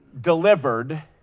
delivered